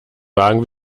wagen